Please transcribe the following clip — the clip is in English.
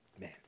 man